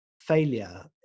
failure